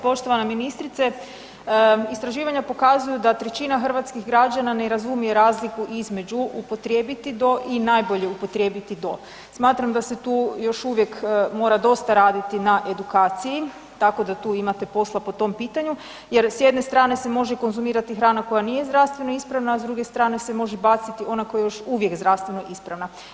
Poštovana ministrice, istraživanja pokazuju da trećina hrvatskih građana ne razumije razliku između „upotrijebiti do“ i „najbolje upotrijebiti do“, smatram da se tu još uvijek mora dosta raditi na edukaciji, tako da tu imate posla po tom pitanju jer s jedne strane se može konzumirati hrana koja nije zdravstveno ispravna, a s druge strane se može baciti ona koja je još uvijek zdravstveno ispravna.